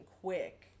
quick